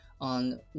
on